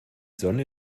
sonne